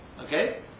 Okay